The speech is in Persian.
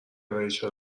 ریچل